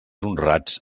honrats